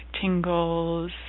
tingles